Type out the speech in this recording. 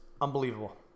Unbelievable